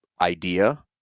idea